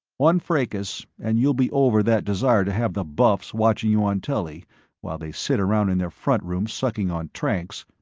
one fracas and you'll be over that desire to have the buffs watching you on telly while they sit around in their front rooms sucking on tranks.